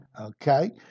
Okay